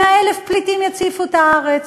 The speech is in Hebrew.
100,000 פליטים יציפו את הארץ.